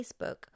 Facebook